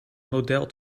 model